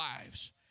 lives